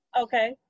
Okay